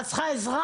את צריכה עזרה?..",